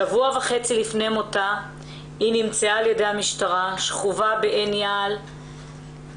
שבוע וחצי לפני מותה היא נמצאה על ידי המשטרה שכובה בעין יעל לבדה,